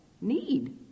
need